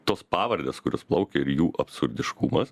tos pavardės kurios plaukė ir jų absurdiškumas